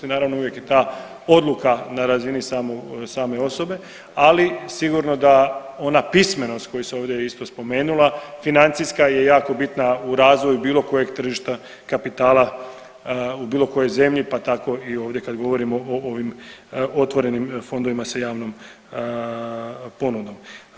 Naravno uvijek je ta odluka na razini same osobe, ali sigurno da ona pismenost koja se ovdje isto spomenula financijska je jako bitna u razvoju bilo kojeg tržišta kapitala u bilo kojoj zemlji, pa tako i ovdje kad govorimo o ovim otvorenim fondovima sa javnom ponudom.